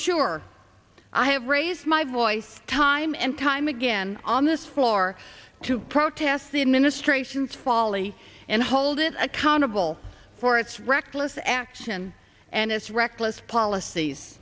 sure i have raised my voice time and time again on this floor to protest the administration's folly and hold it accountable for its reckless action and its reckless policies